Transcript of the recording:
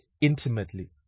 intimately